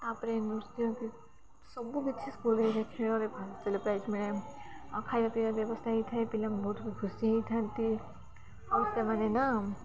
ତା'ପରେ ସବୁକିଛି ସ୍କୁଲ୍ରେ ଖେଳରେ ପ୍ରାଇଜ୍ ମିଳେ ଆଉ ଖାଇବା ପିଇବା ବ୍ୟବସ୍ଥା ହେଇଥାଏ ପିଲା ବହୁତ ଖୁସି ହେଇଥାନ୍ତି ଆଉ ସେମାନେ ନା